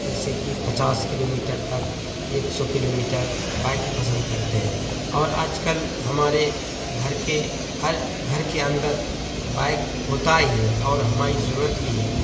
جیسے کہ پچاس کلو میٹر تک ایک سو کلو میٹر بائک ہی پسند کرتے ہیں اور آج کل ہمارے گھر کے ہر گھر کے اندر بائک ہوتا ہی ہے اور ہماری ضرورت بھی ہے